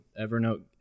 Evernote